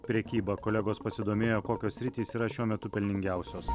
prekyba kolegos pasidomėjo kokios sritys yra šiuo metu pelningiausios